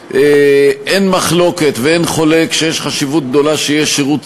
אין מחלוקת ואין חולק שיש חשיבות גדולה לכך שיש שירות